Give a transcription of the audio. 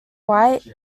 wight